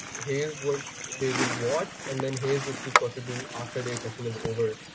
here's what they will watch and then here's what you've got to do after their session is over.